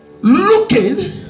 looking